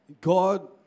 God